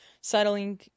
settling